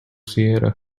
sierra